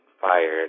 fired